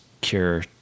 cure